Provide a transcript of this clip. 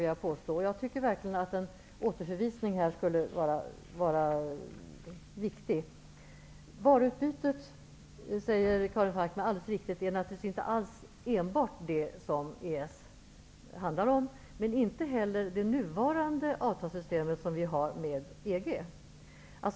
Jag tycker verkligen att en återförvisning skulle vara riktig. Det är alldeles riktigt som Karin Falkmer säger, att det naturligtvis inte är enbart varuutbytet som EES-avtalet handlar om; men det gör inte heller det nuvarande avtalssystemet med EG.